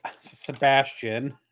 Sebastian